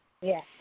Yes